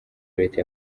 leta